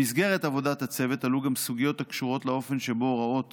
במסגרת עבודת הצוות עלו גם סוגיות הקשורות לאופן שבו הוראות